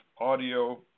audio